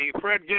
Fred